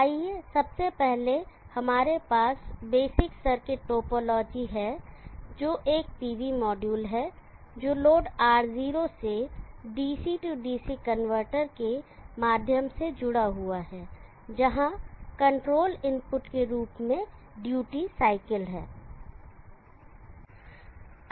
आइए सबसे पहले हमारे पास बेसिक सर्किट टोपोलॉजी है जो एक PV मॉड्यूल है जो लोड R0 से DC से DC कनवर्टर के माध्यम से जुड़ा हुआ है जहां कंट्रोल इनपुट के रूप में ड्यूटी साइकिल है